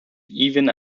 even